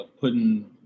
putting